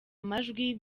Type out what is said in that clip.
amajwi